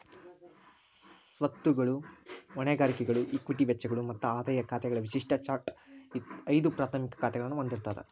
ಸ್ವತ್ತುಗಳು, ಹೊಣೆಗಾರಿಕೆಗಳು, ಇಕ್ವಿಟಿ ವೆಚ್ಚಗಳು ಮತ್ತ ಆದಾಯ ಖಾತೆಗಳ ವಿಶಿಷ್ಟ ಚಾರ್ಟ್ ಐದು ಪ್ರಾಥಮಿಕ ಖಾತಾಗಳನ್ನ ಹೊಂದಿರ್ತದ